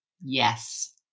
yes